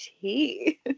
tea